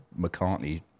McCartney